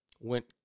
went